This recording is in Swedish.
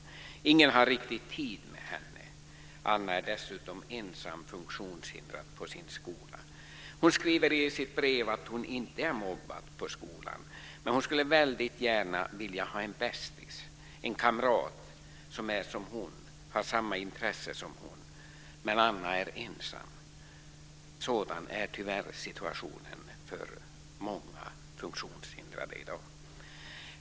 Ingen har riktigt tid med henne. Anna är dessutom ensam funktionshindrad på sin skola. Hon skriver i sitt brev att hon inte är mobbad på skolan, men hon skulle väldigt gärna vilja ha en bästis, en kamrat som är som hon och som har samma intressen som hon. Men Anna är ensam. Sådan är tyvärr situationen för många funktionshindrade i dag.